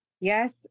Yes